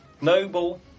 noble